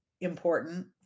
important